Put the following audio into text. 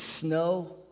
snow